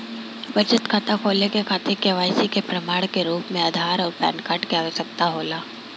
बचत खाता खोले के खातिर केवाइसी के प्रमाण के रूप में आधार आउर पैन कार्ड के आवश्यकता होला